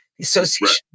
association